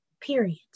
period